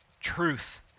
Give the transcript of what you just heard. Truth